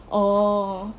oh